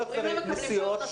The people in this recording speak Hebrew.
לא החזרי נסיעות.